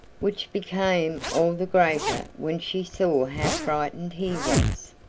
which became all the greater when she saw how frightened he was.